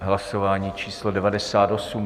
Hlasování číslo 98.